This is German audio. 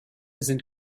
sind